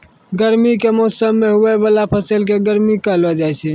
गर्मी के मौसम मे हुवै वाला फसल के गर्मा कहलौ जाय छै